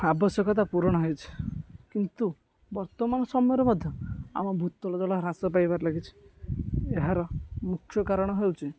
ଆବଶ୍ୟକତା ପୂରଣ ହୋଇଛି କିନ୍ତୁ ବର୍ତ୍ତମାନ ସମୟରେ ମଧ୍ୟ ଆମ ଭୂତଳ ଜଳ ହ୍ରାସ ପାଇବାରେ ଲାଗିଛି ଏହାର ମୁଖ୍ୟ କାରଣ ହେଉଛି